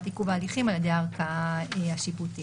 עיכוב ההליכים על ידי הערכאה השיפוטית.